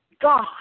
God